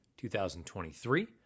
2023